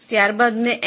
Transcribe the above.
ત્યારબાદ મેં એમ